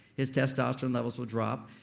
his testosterone levels will drop.